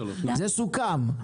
זה סוכם.